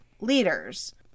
leaders